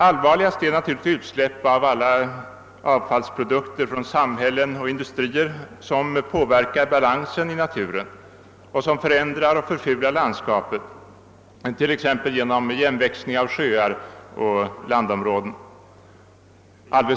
Allvarligast är ju utsläppet av alla de avfallsprodukter från samhällen och industrier som påverkar balansen i naturen och som förändrar och förfular landskapet, t.ex. genom igenväxning av sjöar och landområden.